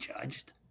judged